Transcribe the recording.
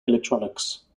electronics